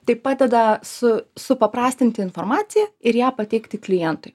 tai padeda su supaprastinti informaciją ir ją pateikti klientui